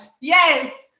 yes